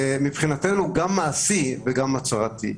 מעשי והצהרתי.